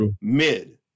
mid